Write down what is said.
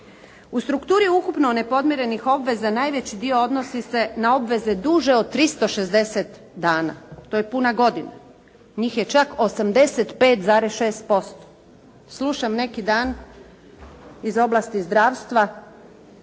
U strukturi ukupno nepodmirenih obveza najveći dio odnosi se na obveze duže od 360 dana. To je puna godina. Njih je čak 85,6%. Slušam neki dan iz oblasti zdravstva